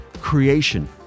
creation